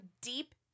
deep